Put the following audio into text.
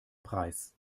preis